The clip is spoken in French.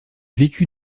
vécut